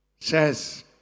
Says